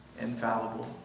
infallible